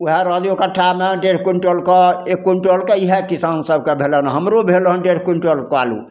ओएह रहऽ दिऔ कट्ठामे डेढ़ क्विण्टलके एक क्विण्टलके इएह किसानसभकेँ भेल हँ हमरो भेल हँ डेढ़ क्विण्टलके आलू